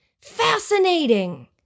Fascinating